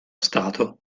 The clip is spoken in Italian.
stato